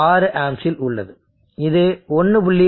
6 ஆம்ப்ஸில் உள்ளது இது 1